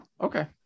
Okay